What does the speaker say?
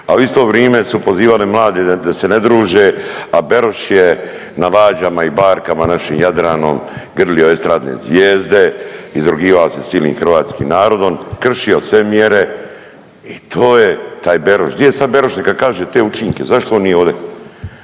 a u isto vrime su pozivali mlade da se ne druže, a Beroš je na lađama i barkama našim Jadranom, grlio estradne zvijezde, izrugivao se s cilim hrvatskim narodom, kršio sve mjere i to je taj Beroš, di je sad Beroš neka kaže te učinke, zašto on nije ovdje.